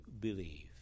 believe